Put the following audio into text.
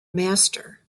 master